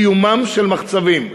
קיומם של מחצבים.